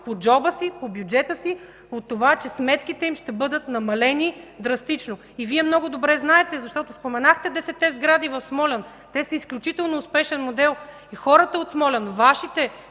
по джоба си, по бюджета си от това, че сметките им ще бъдат намалени драстично. Вие много добре знаете, защото споменахте десетте сгради в Смолян. Те са изключително успешен модел. Хората от Смолян, Вашите